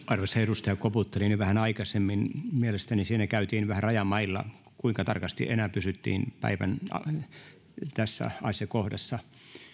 arvoisa edustaja koputtelin jo vähän aikaisemmin mielestäni siinä käytiin vähän rajamailla kuinka tarkasti enää pysyttiin tässä asiakohdassa